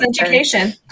education